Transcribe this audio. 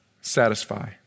satisfy